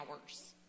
hours